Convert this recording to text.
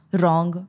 wrong